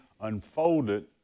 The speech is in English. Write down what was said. unfolded